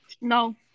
no